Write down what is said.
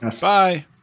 Bye